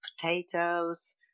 potatoes